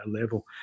level